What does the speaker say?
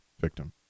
victim